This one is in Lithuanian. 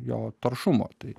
jo taršumo tai